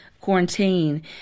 quarantine